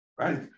Right